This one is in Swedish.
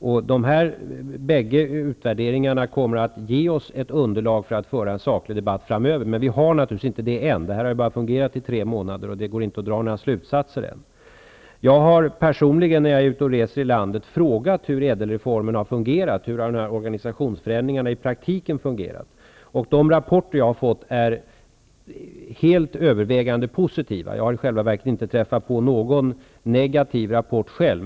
Bägge dessa utvärderingar kommer att ge oss ett underlag så att vi kan föra en saklig debatt framöver. Men vi har naturligtvis inte det än. Reformen har bara fungerat i tre månader, och det går inte att dra några slutsatser ännu. Jag har personligen, när jag är ute och reser i landet, frågat hur ÄDEL-reformen har fungerat, hur organisationsförändringen i praktiken har fungerat. De rapporter jag har fått är helt övervägande positiva. Jag har i själva verket inte träffat på någon negativ rapport själv.